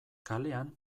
kalean